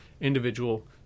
individual